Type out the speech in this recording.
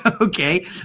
okay